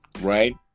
right